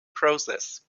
process